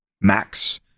Max